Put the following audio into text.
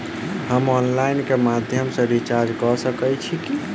हम ऑनलाइन केँ माध्यम सँ रिचार्ज कऽ सकैत छी की?